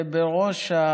אנחנו עמותה למען צבא מקצועי.